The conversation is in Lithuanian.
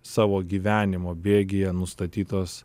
savo gyvenimo bėgyje nustatytos